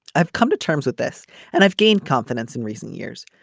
i've come to terms with this and i've gained confidence in recent years.